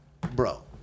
bro